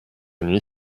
nuit